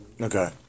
Okay